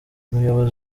umuyobozi